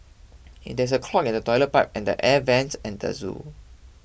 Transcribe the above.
there is a clog in the Toilet Pipe and the Air Vents at the zoo